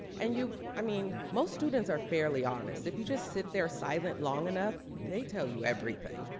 and you, i mean, most students are fairly honest. if you just sit there silent long enough, they tell you everything.